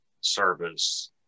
service